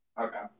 Okay